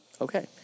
Okay